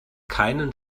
keinen